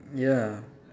ya